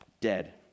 dead